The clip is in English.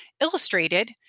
illustrated